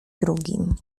drugim